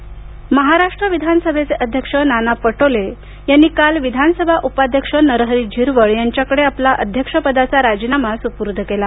नाना पटोले राजीनामा महाराष्ट्र विधानसभेचे अध्यक्ष नाना पटोले यांनी काल विधानसभा उपाध्यक्ष नरहरी झिरवळ यांच्याकडे आपला अध्यक्ष पदाचा राजीनामा सुपूर्द केला